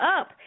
up